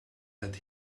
that